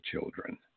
children